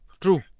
True